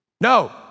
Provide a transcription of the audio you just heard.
No